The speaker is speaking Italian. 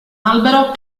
albero